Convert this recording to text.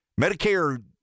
Medicare